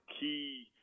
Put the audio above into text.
key